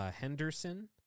Henderson